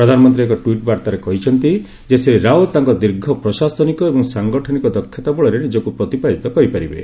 ପ୍ରଧାନମନ୍ତ୍ରୀ ଏକ ଟ୍ୱିଟ୍ ବାର୍ତ୍ତାରେ କହିଛନ୍ତି ଯେ ଶ୍ରୀ ରାଓ୍ୱତ୍ ତାଙ୍କ ଦୀର୍ଘ ପ୍ରଶାସନିକ ଏବଂ ସାଙ୍ଗଠନିକ ଦକ୍ଷତା ବଳରେ ନିଜକୁ ପ୍ରତିପାଦିତ କରିପାରିବେ